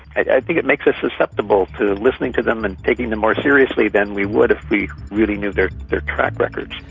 i think it makes us susceptible to listening to them and taking them more seriously than we would if we really knew their their track records.